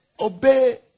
obey